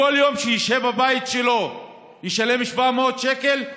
כל יום שישהה בבית שלו ישלם 700 שקל,